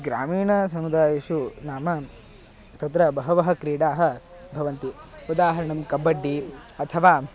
ग्रामीण समुदायेषु नाम तत्र बहवः क्रीडाः भवन्ति उदाहरणं कब्बड्डी अथवा